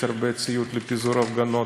יש הרבה ציוד לפיזור הפגנות,